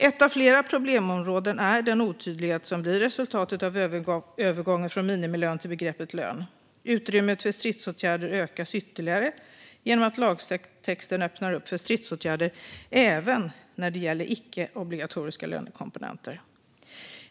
Ett av flera problemområden är den otydlighet som blir resultatet av övergången från begreppet minimilön till begreppet lön. Utrymmet för stridsåtgärder ökas ytterligare genom att lagtexten öppnar upp för stridsåtgärder även när det gäller icke-obligatoriska lönekomponenter.